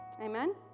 Amen